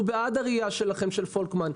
אנחנו בעד הראייה שלכם של ועדת פולקמן.